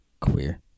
Queer